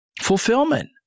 fulfillment